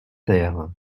terre